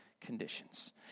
conditions